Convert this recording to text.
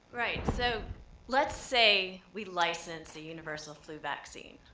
right, so let's say we license the universal flu vaccine,